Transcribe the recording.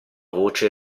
voce